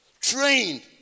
trained